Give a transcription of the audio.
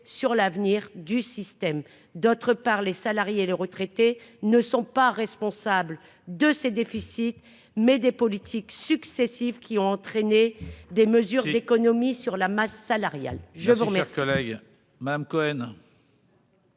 sur l'avenir du système, d'autre part, les salariés et les retraités ne sont pas responsables de ses déficits, mais des politiques successives qui ont entraîné des mesures d'économies sur la masse salariale. Je vous remercie,